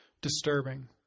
disturbing